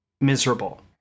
miserable